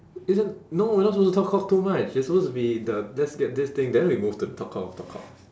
it's a no we're not supposed to talk cock too much you're supposed to be the let's get this thing then we move to the talk cock of talk cock